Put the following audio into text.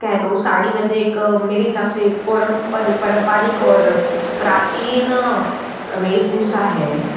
कह लो साड़ी वैसे एक मेरे हिसाब से पारंपरिक और प्राचीन वेशभूषा है